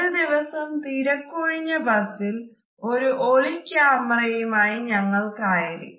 ഒരു ദിവസം തിരക്കൊഴിഞ്ഞ ബസിൽ ഒരു ഒളി ക്യാമറയുമായി ഞങ്ങൾ കയറി